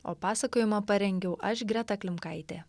o pasakojimą parengiau aš greta klimkaitė